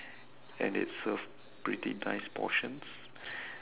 and it served pretty nice portions